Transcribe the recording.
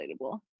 relatable